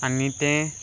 आनी तें